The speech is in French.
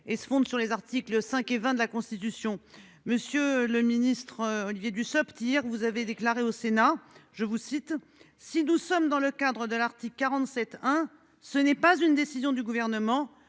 et se fonde sur les articles 5 et 20 de la Constitution. Monsieur le ministre Olivier Dussopt, hier vous avez déclaré au Sénat. Je vous cite, si nous sommes dans le cadre de l'Arctique 47 hein. Ce n'est pas une décision du gouvernement,